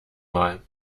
mal